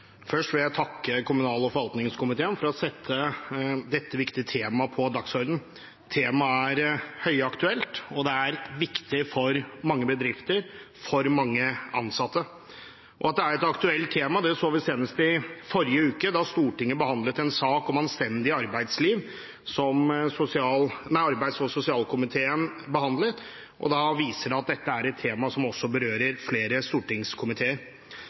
Først vil jeg takke kommunal- og forvaltningskomiteen for å sette dette viktige temaet på dagsordenen. Temaet er høyaktuelt, og det er viktig for mange bedrifter og for mange ansatte. At det er et aktuelt tema, så vi senest i forrige uke da Stortinget behandlet en sak fra arbeids- og sosialkomiteen om anstendig arbeidsliv, som også viser at dette er et tema som berører flere stortingskomiteer.